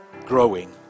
growing